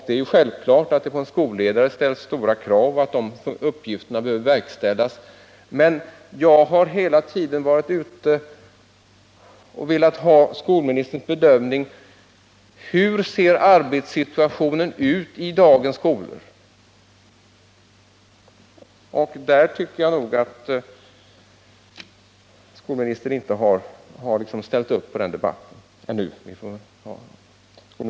Det är självklart att det på en skolledare ställs stora krav och att uppgifterna behöver utföras. Men jag har hela tiden velat höra skolministerns bedömning av hur arbetssituationen ser ut i dagens skolor. Jag tycker att skolministern inte har ställt upp på den debatten ännu.